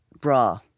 bra